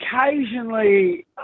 occasionally